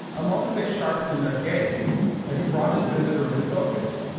a moment they sharpened in their gaze as he brought his visitor into focus.